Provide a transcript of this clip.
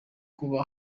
kuba